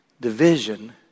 division